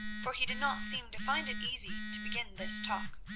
for he did not seem to find it easy to begin this talk.